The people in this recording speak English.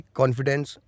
confidence